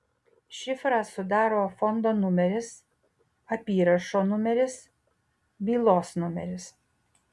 šifrą sudaro fondo numeris apyrašo numeris bylos numeris